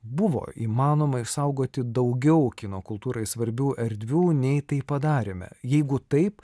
buvo įmanoma išsaugoti daugiau kino kultūrai svarbių erdvių nei tai padarėme jeigu taip